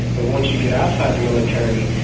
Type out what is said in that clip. but once you get outside the military,